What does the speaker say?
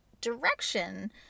direction